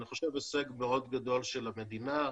אני חושב שזה הישג מאוד גדול של המדינה,